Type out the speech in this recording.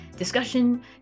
discussion